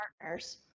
Partners